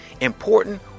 important